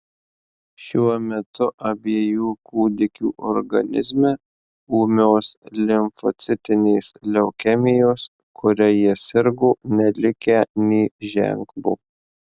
šiuo metu abiejų kūdikių organizme ūmios limfocitinės leukemijos kuria jie sirgo nelikę nė ženklo